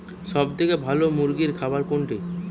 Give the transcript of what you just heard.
সবথেকে ভালো মুরগির খাবার কোনটি?